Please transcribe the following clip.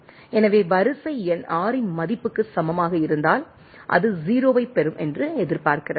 எனவே வரிசை எண் R இன் மதிப்புக்கு சமமாக இருந்தால் அது 0 ஐப் பெறும் என்று எதிர்பார்க்கிறது